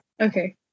Okay